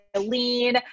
lean